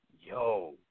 yo